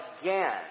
again